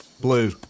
Blue